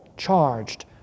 charged